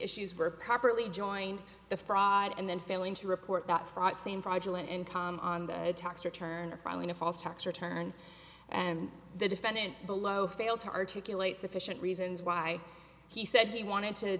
issues were properly joined the fraud and then failing to report that fraud same fragile an income on the tax return or filing a false tax return and the defendant below failed to articulate sufficient reasons why he said he wanted to